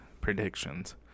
predictions